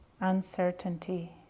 uncertainty